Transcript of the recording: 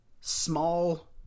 small